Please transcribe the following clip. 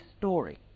story